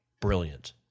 brilliant